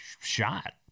shot